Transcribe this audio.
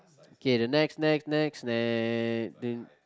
K the next next next next